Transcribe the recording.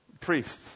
Priests